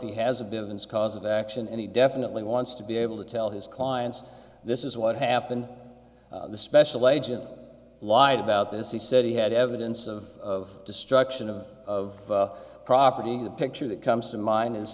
he has a bit of its cause of action and he definitely wants to be able to tell his clients this is what happened the special agent lied about this he said he had evidence of destruction of property the picture that comes to mind is